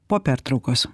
po pertraukos